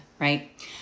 right